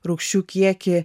rūgščių kiekį